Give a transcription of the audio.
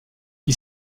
qui